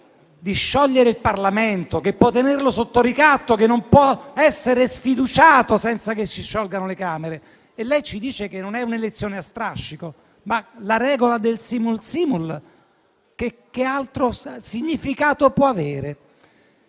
di sciogliere il Parlamento, che può tenerlo sotto ricatto, che non può essere sfiduciato senza che si sciolgano le Camere. Lei ci dice che non è un'elezione a strascico, ma la regola del *simul simul* che altro significato può avere?